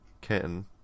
kitten